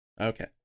Okay